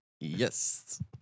Yes